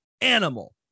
animal